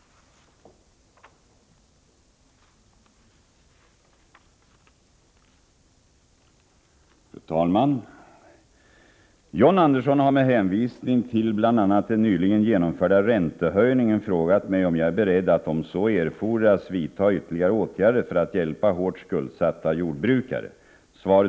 Med den stora diskontohöjningen med därtill kraftigt höjda räntor kommer ytterligare grupper av jordbrukare att få Är jordbruksministern beredd att, om så erfordras, vidta ytterligare åtgärder för att hjälpa hårt skuldsatta jordbrukare?